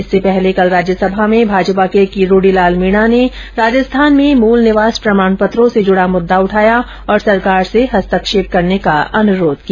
इससे पहले कल राज्यसभा में भाजपा के किरोड़ी लाल मीना ने राजस्थान में मूल निवास प्रमाण पत्रों से जुडा मुद्दा उठाया और सरकार से हस्तक्षेप करने का अनुरोध किया